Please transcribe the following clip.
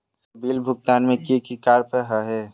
Sir bill भुगतान में की की कार्य पर हहै?